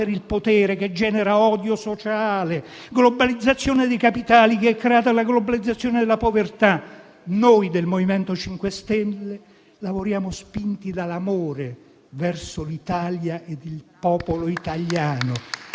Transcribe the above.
il potere che genera odio sociale, globalizzazione dei capitali che ha creato la globalizzazione della povertà, noi del MoVimento 5 Stelle lavoriamo spinti dall'amore verso l'Italia ed il popolo italiano,